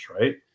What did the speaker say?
right